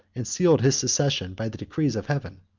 and sealed his succession by the decrees of heaven.